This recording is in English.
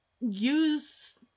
use